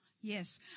Yes